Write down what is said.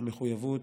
המחויבות,